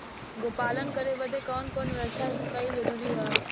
गोपालन करे बदे कवन कवन व्यवस्था कइल जरूरी ह?